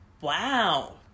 Wow